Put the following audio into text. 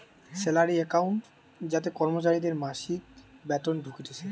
salary account যাতে কর্মচারীদের মাসিক বেতন ঢুকতিছে